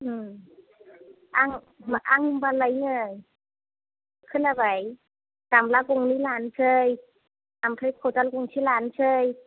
आं आं होमबालाय नै खोनाबाय गामला गंनै लानोसै ओमफ्राय खदाल गंसे लानोसै